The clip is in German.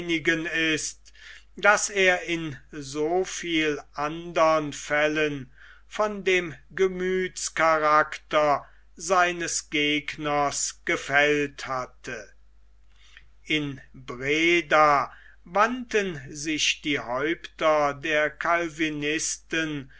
ist das er in so viel andern fällen von dem gemüthscharakter seines gegners gefällt hatte in breda wandten sich die häupter der calvinisten